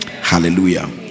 Hallelujah